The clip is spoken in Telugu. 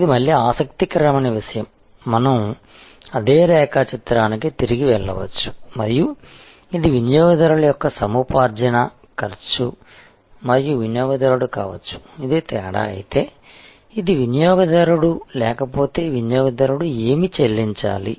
ఇది మళ్లీ ఆసక్తికరమైన విషయం మనం అదే రేఖాచిత్రానికి తిరిగి వెళ్లవచ్చు మరియు ఇది వినియోగదారుల యొక్క సముపార్జన ఖర్చు మరియు వినియోగదారుడు కావచ్చు ఇది తేడా అయితే ఇది వినియోగదారుడు లేకపోతే వినియోగదారుడు ఏమి చెల్లించాలి